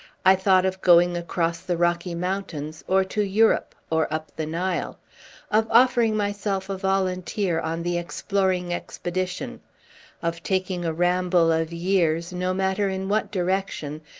i thought of going across the rocky mountains, or to europe, or up the nile of offering myself a volunteer on the exploring expedition of taking a ramble of years, no matter in what direction,